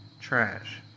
trash